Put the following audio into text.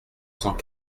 cent